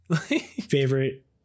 favorite